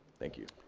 thank you.